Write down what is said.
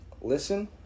listen